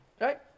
Right